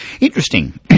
Interesting